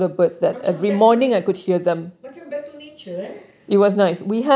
macam back to macam back to nature eh